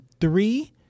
three